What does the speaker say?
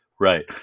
Right